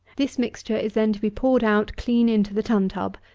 this mixture is then to be poured out clean into the tun-tub,